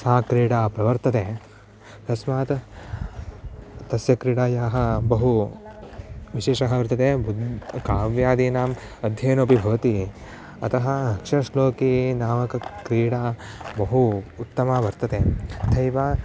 सा क्रीडा प्रवर्तते तस्मात् तस्याः क्रीडायाः बहु विशेषः बहु काव्यादीनाम् अध्ययनोऽपि भवति अतः अक्षरश्लोकी नामिका क्रीडा बहु उत्तमा वर्तते तथैव